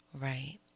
Right